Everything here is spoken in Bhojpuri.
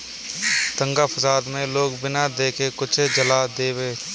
दंगा फसाद मे लोग बिना देखे कुछो जला देवेलन